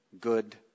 Good